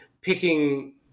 picking